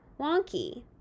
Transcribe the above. wonky